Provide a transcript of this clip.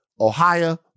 Ohio